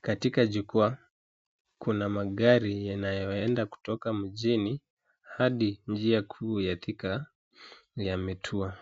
Katika jukwaa kuna magari yanayoenda kutoka mjini hadi njia kuu ya Thika, yametua.